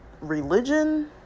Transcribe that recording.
religion